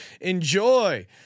enjoy